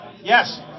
Yes